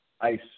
Ice